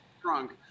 drunk